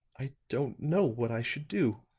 i don't know what i should do.